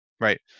Right